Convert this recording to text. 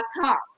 talk